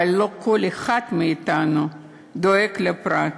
אבל לא כל אחד מאתנו דואג לפרט,